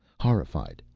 horrified,